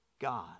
God